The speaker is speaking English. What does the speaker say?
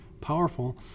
powerful